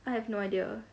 I have no idea